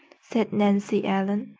said nancy ellen.